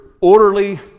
orderly